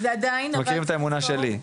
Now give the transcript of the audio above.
אתם מכירים את האמונה שלי,